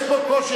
יש פה קושי.